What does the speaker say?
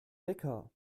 wecker